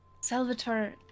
Salvatore